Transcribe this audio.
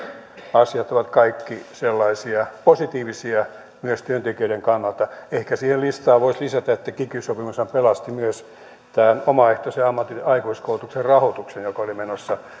asiat ovat kaikki sellaisia positiivisia myös työntekijöiden kannalta ehkä siihen listaan voisi lisätä että kiky sopimushan pelasti myös tämän omaehtoisen ammatillisen aikuiskoulutuksen rahoituksen joka oli menossa